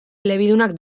elebidunak